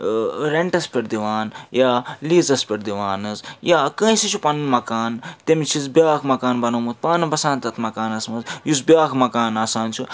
رینٹَس پٮ۪ٹھ دِوان یا لیٖزَس پٮ۪ٹھ دِوان حظ یا کٲنٛسہِ چھُ پَنُن مکان تٔمِس چھُس بیٛاکھ مکان بَنوومُت پانہٕ بَسان تَتھ مکانَس منٛز یُس بیٛاکھ مَکان آسان چھُ